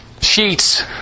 sheets